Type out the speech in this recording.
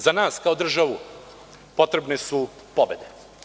Za nas kao državu potrebne su pobede.